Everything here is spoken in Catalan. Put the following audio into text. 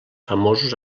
famosos